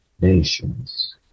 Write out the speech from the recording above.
nations